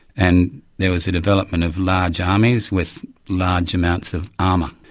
and there was a development of large armies with large amounts of armour,